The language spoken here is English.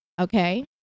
okay